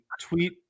tweet